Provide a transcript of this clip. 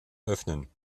öffnen